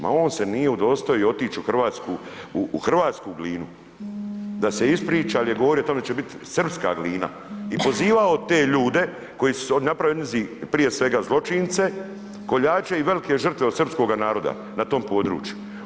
Ma on se nije udostojio otić u hrvatsku Glinu da se ispriča jer je govorio tamo će bit srpska Glina i pozivao te ljude koji su napravili od njizi prije svega zločince, koljače i velike žrtve od srpskoga naroda na tom području.